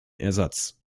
ersatz